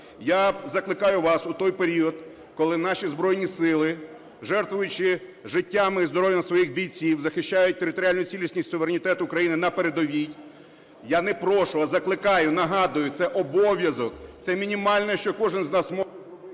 Я закликаю вас у той період, коли наші Збройні Сили, жертвуючи життями і здоров'ям своїх бійців, захищають територіальну цілісність і суверенітет України на передовій, я не прошу, а закликаю, нагадую, це обов'язок, це мінімальне, що кожен з нас може